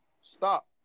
stop